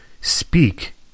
speak